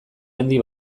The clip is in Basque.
handi